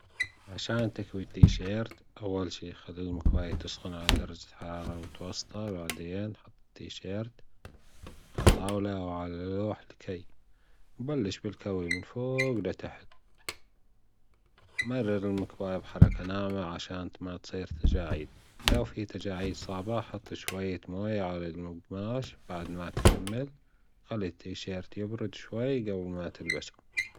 عشان تكوي التيشيرت أول شي خلى المكوايا تسخن على درجة حرارة متوسطة وبعدين حط التيشيرت على طاولة أو على لوحة الكي بلش بالتيشيرت من فوج لتحت مرر المكواة بحركة ناعمة عشان ما تصير تجاعيد لو في تجاعيد صعبة حط شوية مايه على الجماش بعد ما تكمل خلي التيشيرت يبرد شويا جبل ما تلبسه